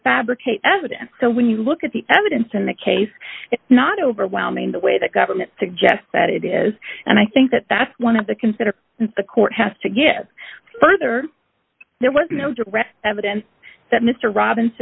fabricate evidence so when you look at the evidence in the case it's not overwhelming the way the government suggests that it is and i think that that's one of the consider the court has to give further there was no direct evidence that mr robins